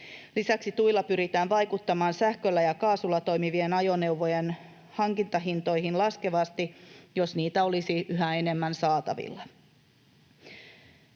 Lisäksi tuilla pyritään vaikuttamaan sähköllä ja kaasulla toimivien ajoneuvojen hankintahintoihin laskevasti, jos niitä olisi yhä enemmän saatavilla.